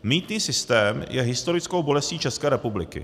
Mýtný systém je historickou bolestí České republiky.